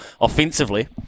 offensively